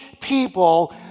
people